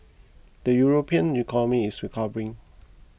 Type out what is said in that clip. the European economy is recovering